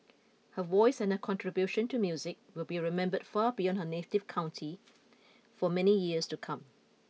her voice and her contribution to music will be remembered far beyond her native county for many years to come